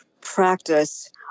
practice